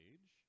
Age